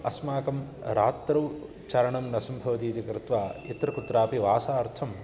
अस्माकं रात्रौ चारणं न सम्भवति इति कृत्वा यत्र कुत्रापि वासार्थं